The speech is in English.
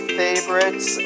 favorites